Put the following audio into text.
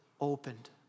opened